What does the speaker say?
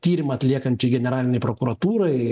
tyrimą atliekančiai generalinei prokuratūrai